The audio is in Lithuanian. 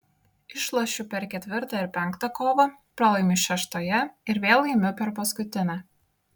išlošiu per ketvirtą ir penktą kovą pralaimiu šeštoje ir vėl laimiu per paskutinę